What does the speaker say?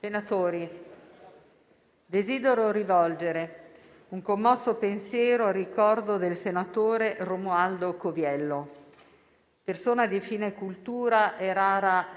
colleghi, desidero rivolgere un commosso pensiero al ricordo del senatore Romualdo Coviello. Persona di fine cultura e rara sensibilità